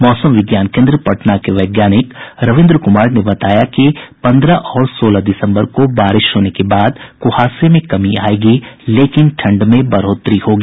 मौसम विज्ञान केंद्र पटना के वैज्ञानिक रविन्द्र कुमार ने बताया कि पंद्रह और सोलह दिसंबर को बारिश होने के बाद कुहासे में कमी आयेगी लेकिन ठंड में बढ़ोतरी होगी